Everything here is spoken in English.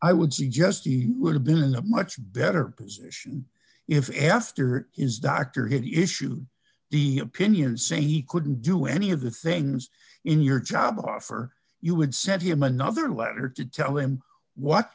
i would suggest he would have been a much better position if after his doctor he issued the opinion saying he couldn't do any of the things in your job for you would send him another letter to tell him what